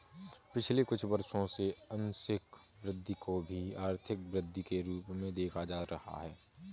पिछले कुछ वर्षों से आंशिक वृद्धि को भी आर्थिक वृद्धि के रूप में देखा जा रहा है